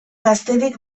gaztedik